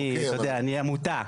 אני עמותה.